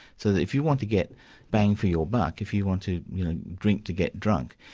so that if you want to get bang for your buck, if you want to you know drink to get drunk,